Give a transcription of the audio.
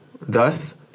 thus